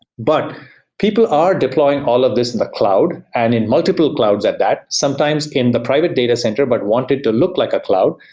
but people are deploying all of these in the cloud, and in multiple clouds at that sometimes in the private data center but wanted to look like a cloud.